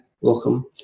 welcome